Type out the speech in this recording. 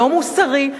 לא מוסרי,